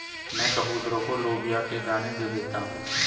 मैं कबूतरों को लोबिया के दाने दे देता हूं